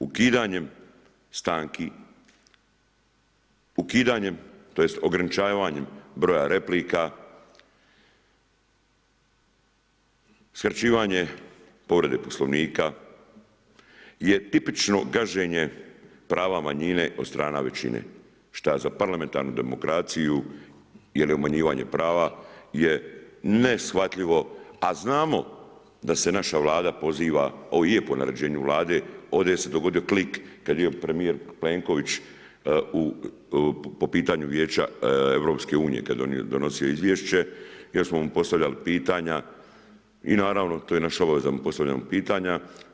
Ukidanjem stanki, ograničavanjem broja replika, skraćivanje povrede Poslovnika je tipično gaženje prava manjine od strane većine šta za parlamentarnu demokraciju ili umanjivanje prava je neshvatljivo, a znamo da se naša Vlada poziva, ovo i je po naređenju Vlade, ovdje je se dogodio klik kada je premijer Plenković po pitanju Vijeća EU kada je donosio izvješće i onda smo mu postavljali pitanja i naravno to je naša obveza da mu postavljamo pitanja.